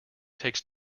takes